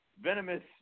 venomous